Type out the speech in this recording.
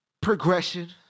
progression